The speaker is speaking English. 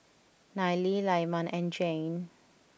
Neely Lyman and Jayne